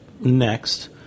next